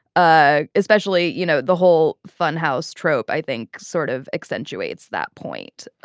ah especially you know the whole funhouse trope i think sort of accentuates that point.